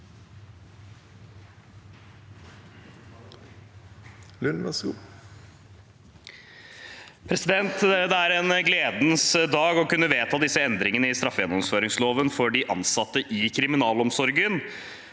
Det er en gle- dens dag når vi kan vedta disse endringene i straffegjennomføringsloven for de ansatte i kriminalomsorgen.